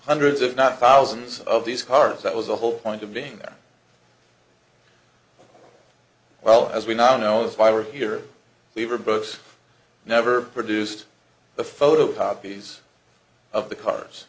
hundreds if not thousands of these cars that was the whole point of being as well as we now know if i were here we were books never produced the photocopies of the cars